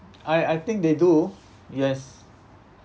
I I think they do yes